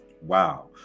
Wow